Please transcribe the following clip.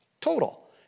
Total